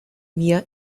mir